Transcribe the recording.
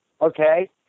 Okay